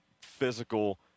physical